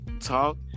talk